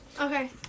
Okay